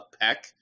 Peck